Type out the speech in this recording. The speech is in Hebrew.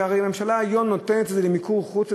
שהרי הממשלה נותנת את זה היום למיקור חוץ.